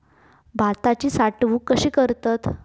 भाताची साठवूनक कशी करतत?